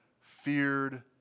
feared